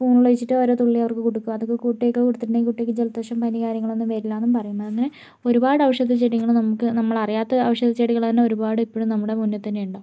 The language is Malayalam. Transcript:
സ്പൂണിലൊഴിച്ചിട്ട് ഓരോ തുള്ളി അവർക്ക് കൊടുക്കും അതൊക്കെ കുട്ടികൾക്ക് കൊടുത്തിട്ടുണ്ടെങ്കിൽ കുട്ടികൾക്ക് ജലോദോഷം പനി കാര്യങ്ങളൊന്നും വെരില്ലാന്നും പറയുന്നു അങ്ങനെ ഒരുപാട് ഔഷധ ചെടികള് നമുക്ക് നമ്മളറിയാത്ത ഔഷധ ചെടികളെന്നെ ഒരുപാട് ഇപ്പഴും നമ്മുടെ മുന്നിൽ തന്നെയുണ്ടാകും